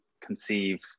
conceive